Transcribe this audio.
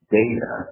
data